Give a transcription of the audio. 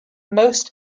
most